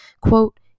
quote